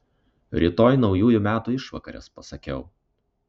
rytoj naujųjų metų išvakarės pasakiau